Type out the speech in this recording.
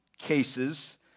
cases